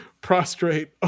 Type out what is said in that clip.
prostrate